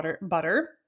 butter